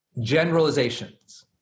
Generalizations